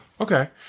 Okay